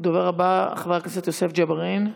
הדובר הבא, חבר הכנסת יוסף ג'בארין.